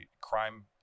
crime